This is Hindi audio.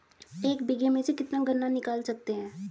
एक बीघे में से कितना गन्ना निकाल सकते हैं?